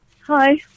Hi